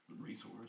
resource